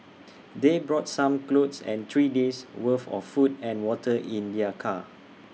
they brought some clothes and three days' worth of food and water in their car